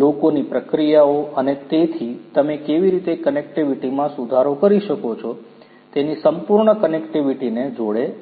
લોકોની પ્રક્રિયાઓ અને તેથી તમે કેવી રીતે કનેક્ટિવિટીમાં સુધારો કરી શકો છો તેની સંપૂર્ણ કનેક્ટિવિટીને જોડે છે